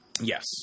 Yes